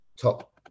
Top